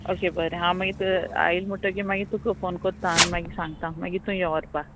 okay बरें हांव मागीर येयल म्हुणटोगीर मागीर तुका फोन कोत्ता आनी मागीर सांगता मागीर तूं यो व्होरपा